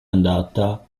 andata